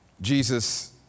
Jesus